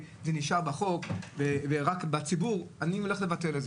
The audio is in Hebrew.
זה כדי שהציבור יידע מה הדרישות שהגוף קבע.